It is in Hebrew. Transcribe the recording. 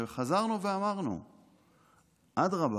הרי חזרנו ואמרנו: אדרבה,